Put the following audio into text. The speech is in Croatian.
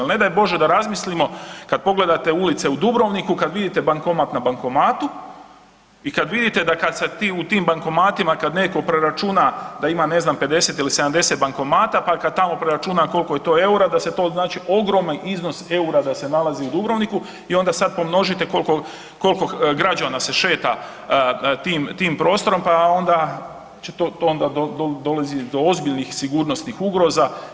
Ali ne daj Bože da razmislimo kad pogledate ulice u Dubrovniku kad vidite bankomat na bankomatu i kad vidite da kad se u tim bankomatima neko preračuna da ima ne znam 50 ili 70 bankomata pa kad tamo preračuna koliko je to eura da se to znači ogroman iznos eura da se nalazi u Dubrovniku i onda sada pomnožite koliko građana se šeta tim prostorom pa onda će to dolazi do ozbiljnih sigurnosnih ugroza.